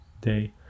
day